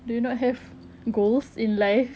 do you not have goals in life